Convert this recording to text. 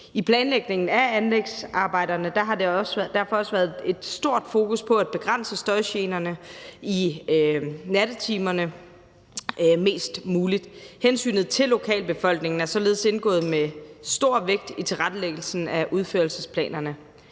I planlægningen af anlægsarbejderne har der derfor også været et stort fokus på at begrænse støjgenerne i nattetimerne mest muligt. Hensynet til lokalbefolkningen er således indgået med stor vægt i tilrettelæggelsen af udførselsplanerne.